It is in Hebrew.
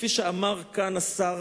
כפי שאמר כאן השר